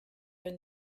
been